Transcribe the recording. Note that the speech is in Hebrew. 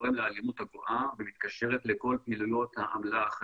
שגורם לאלימות הגואה והוא מתקשר לכל פעילויות האמל"ח,